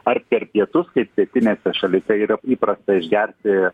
ar per pietus kaip pietinėse šalyse yra įprasta išgerti